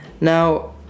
Now